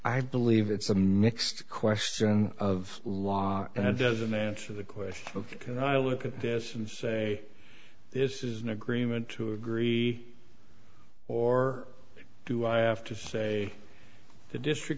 i believe it's a mixed question of law and doesn't answer the question of can i look at this and say this is an agreement to agree or do i have to say the district